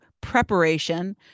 preparation